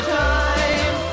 time